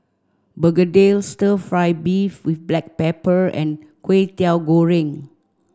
Begedil stir fry beef with black pepper and Kwetiau Goreng